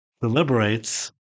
deliberates